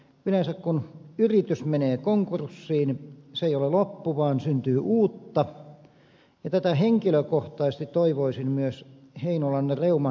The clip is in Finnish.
yleensä kun yritys menee konkurssiin se ei ole loppu vaan syntyy uutta ja tätä henkilökohtaisesti toivoisin myös heinolan reuman kohdalla